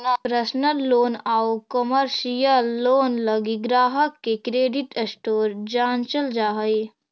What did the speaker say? personal loan आउ commercial loan लगी ग्राहक के क्रेडिट स्कोर जांचल जा हइ